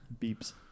beeps